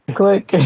Click